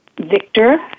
Victor